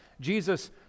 Jesus